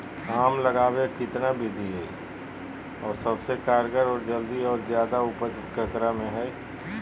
आम लगावे कितना विधि है, और सबसे कारगर और जल्दी और ज्यादा उपज ककरा में है?